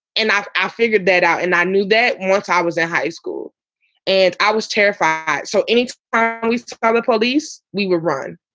and i've ah figured that out. and i knew that and once i was at high school and i was terrified so ah and we supply the police we were run.